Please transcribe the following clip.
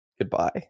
goodbye